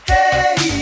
Hey